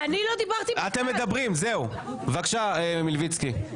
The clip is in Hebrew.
בבקשה, מלביצקי.